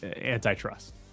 antitrust